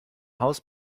haus